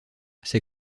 ces